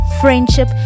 friendship